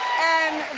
and,